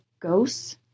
Ghosts